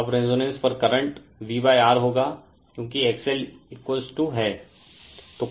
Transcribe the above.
अब रेजोनेंस पर current VR होगा क्योंकि XLहैं रेफेर टाइम 1037